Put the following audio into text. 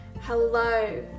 Hello